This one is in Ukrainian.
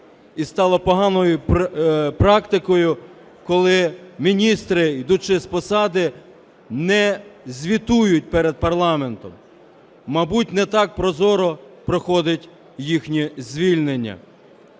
І стало поганою практикою, коли міністри, йдучи з посади, не звітують перед парламентом, мабуть не так прозоро проходить їхнє звільнення.